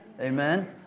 amen